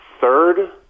third –